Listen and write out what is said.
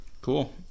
Cool